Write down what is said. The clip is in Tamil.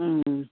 ம்ம்